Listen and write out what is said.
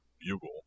Bugle